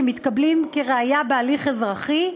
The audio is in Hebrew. שמתקבלים כראיה בהליך אזרחי,